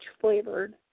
flavored